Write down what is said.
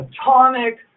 atomic